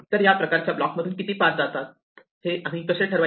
तर या प्रकारच्या ब्लॉकमधून किती पाथ जातात हे आम्ही कसे ठरवायचे